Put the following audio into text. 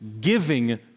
giving